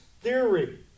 theory